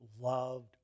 loved